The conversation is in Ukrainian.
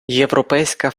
європейська